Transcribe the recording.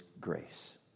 grace